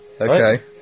Okay